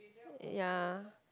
ya